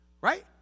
Right